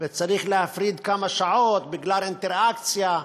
וצריך להפריד כמה שעות בגלל אינטראקציה,